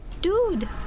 Dude